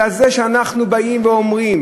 אלא שאנחנו באים ואומרים